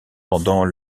pendant